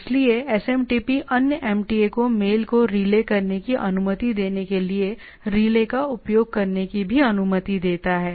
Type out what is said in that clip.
इसलिए एसएमटीपी अन्य एमटीए को मेल को रिले करने की अनुमति देने के लिए रिले का उपयोग करने की भी अनुमति देता है